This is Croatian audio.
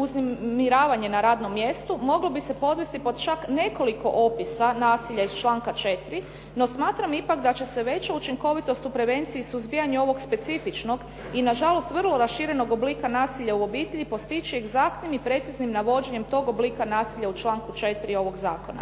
uznemiravanje na radnom mjestu moglo bi se podvesti pod čak nekoliko opisa nasilja iz članka 4., no smatram ipak da će se veća učinkovitost u prevenciji suzbijanja ovog specifičnog i nažalost vrlo raširenog oblika nasilja u obitelji postići egzaktnim i preciznim navođenjem tog oblika nasilja u članku 4. ovog zakona.